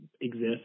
exist